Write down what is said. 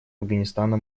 афганистана